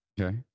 Okay